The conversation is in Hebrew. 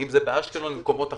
אם זה באשקלון ובמקומות אחרים,